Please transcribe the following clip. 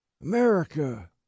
America